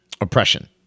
oppression